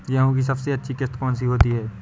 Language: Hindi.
गेहूँ की सबसे अच्छी किश्त कौन सी होती है?